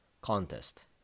Contest